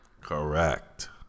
Correct